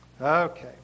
Okay